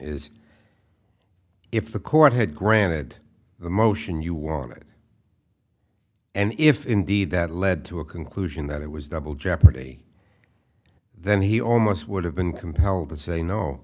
is if the court had granted the motion you wanted and if indeed that led to a conclusion that it was double jeopardy then he almost would have been compelled to say no